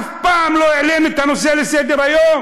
אף פעם לא העלו את הנושא לסדר-היום.